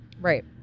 Right